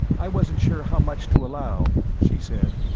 i wasn't sure how much to allow, she said.